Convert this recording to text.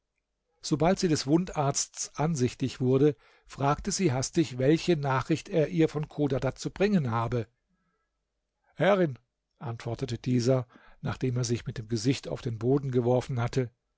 sobald sie des wundarzts ansichtig wurde fragte sie hastig welche nachricht er ihr von chodadad zu bringen habe herrin antwortete dieser nachdem er sich mit dem gesicht auf den boden geworfen hatte